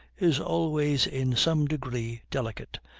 is always in some degree delicate,